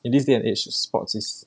in this day and age sports is